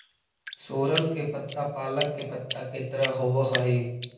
सोरल के पत्ता पालक के पत्ता के तरह होवऽ हई